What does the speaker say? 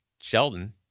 Sheldon